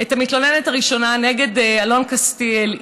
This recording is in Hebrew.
את המתלוננת הראשונה נגד אלון קסטיאל,